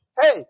hey